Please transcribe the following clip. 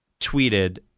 tweeted